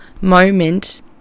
moment